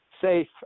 safe